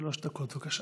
שלוש דקות, בבקשה.